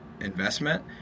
investment